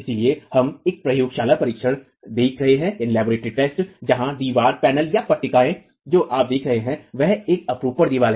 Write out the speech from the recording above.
इसलिए हम एक प्रयोगशाला परीक्षण देख रहे हैं जहां दीवार पैनलपट्टिकाएं जो आप देख रहे हैं वह एक अपरूपण दीवार